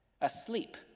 asleep